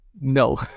No